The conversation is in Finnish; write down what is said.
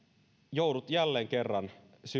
joudut jälleen kerran